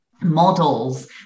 models